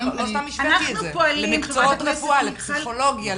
למקצועות רפואה, לפסיכולוגיה.